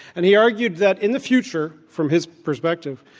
and he argued that in the future, from his perspective,